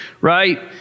right